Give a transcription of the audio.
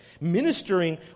Ministering